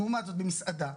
לעומת זאת, במסעדה,